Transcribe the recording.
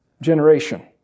generation